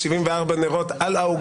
בוקר טוב, אני מתכבד לפתוח את הישיבה.